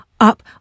up